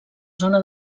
zona